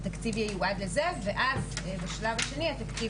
והתקציב ייועד לזה ואז בשלב השני התקציב